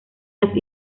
las